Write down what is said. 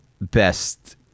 best